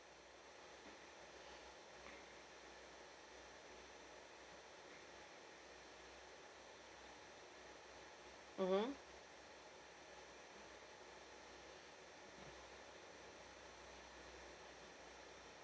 mmhmm